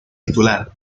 titular